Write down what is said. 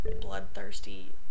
bloodthirsty